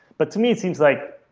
but to me, it seems like